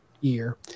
year